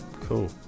Cool